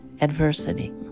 adversity